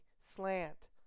slant